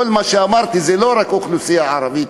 כל מה שאמרתי זה לא רק אוכלוסייה ערבית,